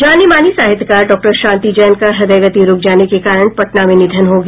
जानीमानी साहित्यकार डॉक्टर शांति जैन का हृदय गति रूक जाने के कारण पटना में निधन हो गया